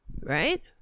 right